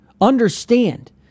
Understand